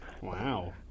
Wow